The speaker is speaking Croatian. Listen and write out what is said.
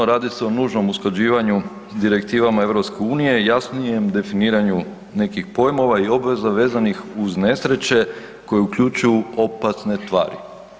Radi se o nužnom usklađivanju sa direktivama EU i jasnijem definiranju nekih pojmova i obveza vezanih uz nesreće koje uključuju opasne tvari.